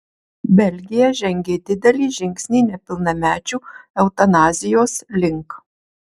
belgija žengė didelį žingsnį nepilnamečių eutanazijos link